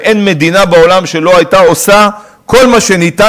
ואין מדינה בעולם שלא הייתה עושה כל מה שניתן,